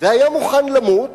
והיה מוכן למות